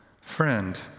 Friend